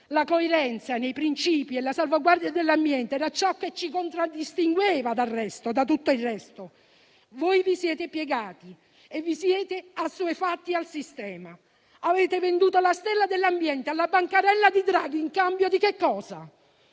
La coerenza nei principi e la salvaguardia dell'ambiente era ciò che ci contraddistingueva da tutto il resto. Voi vi siete piegati e vi siete assuefatti al sistema; avete venduto la stella dell'ambiente alla bancarella di Draghi in cambio di che cosa?